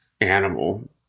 animal